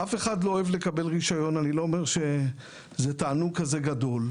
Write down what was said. אף אחד לא אוהב לקבל רישיון; אני לא אומר שזהו תענוג כזה גדול,